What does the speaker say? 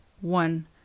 one